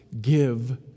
Give